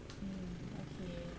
mmhmm okay